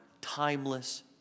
timeless